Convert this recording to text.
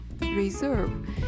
reserve